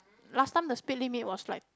last time the speed limit was like